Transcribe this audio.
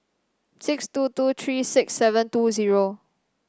six two two three six seven two zero